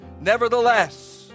Nevertheless